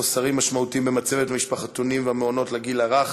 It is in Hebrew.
חוסרים משמעותיים במצבת המשפחתונים והמעונות לגיל הרך,